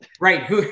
Right